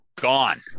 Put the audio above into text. gone